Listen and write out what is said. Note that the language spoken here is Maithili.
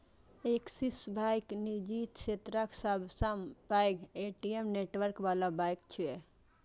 ऐक्सिस बैंक निजी क्षेत्रक सबसं पैघ ए.टी.एम नेटवर्क बला बैंक छियै